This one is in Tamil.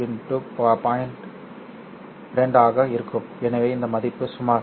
2 ஆக இருக்கும் எனவே இந்த மதிப்பு சுமார் 0